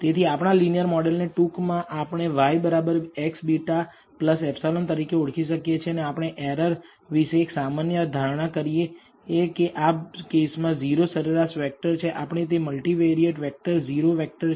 તેથી આપણા linear model ને ટૂંકમાં આપણે y x β ε તરીકે ઓળખી શકીએ અને આપણે એરર વિશે એક સામાન્ય ધારણા કરીએ કે આ કેસમાં 0 સરેરાશ વેક્ટર છે કારણ તે મલ્ટિવારીએટ વેક્ટર 0 વેક્ટર છે